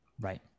Right